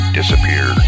disappear